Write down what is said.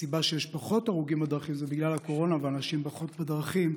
הסיבה שיש פחות הרוגים בדרכים היא הקורונה ושאנשים פחות בדרכים.